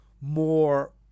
more